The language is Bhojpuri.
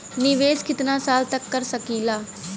निवेश कितना साल तक कर सकीला?